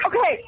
Okay